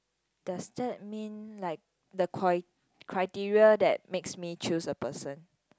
does that mean like the coi~ criteria that makes me choose a person